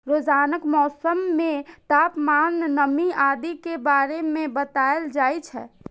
रोजानाक मौसम मे तापमान, नमी आदि के बारे मे बताएल जाए छै